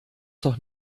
doch